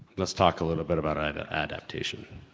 let's talk a little bit about ada, adaptation.